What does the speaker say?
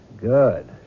Good